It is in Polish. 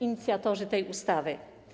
Inicjatorzy tej ustawy!